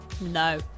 no